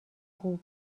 خوب